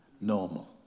normal